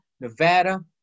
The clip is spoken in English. Nevada